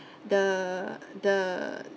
the the